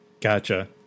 Gotcha